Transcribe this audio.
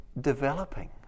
developing